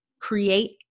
create